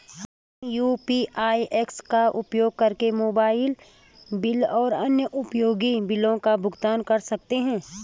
हम UPI apps का उपयोग करके मोबाइल बिल और अन्य उपयोगी बिलों का भुगतान कर सकते हैं